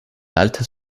altes